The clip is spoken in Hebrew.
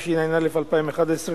התשע"א 2011,